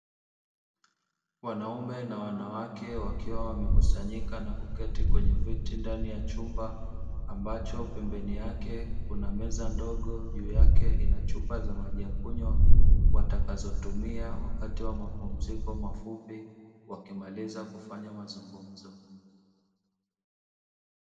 Wanaume na wanawake wakiwa wamekusanyika na kuketi kwenye viti ndani ya chumba ambapo pembeni yake kuna meza ndogo juu yake kuna chupa za maji ya kunywa watakazo zitumia wakati wa mapumziko wakimaliza kufanya mazungumzo.